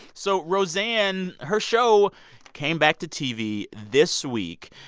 so roseanne her show came back to tv this week.